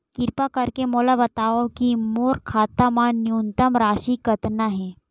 किरपा करके मोला बतावव कि मोर खाता मा न्यूनतम राशि कतना हे